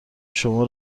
شما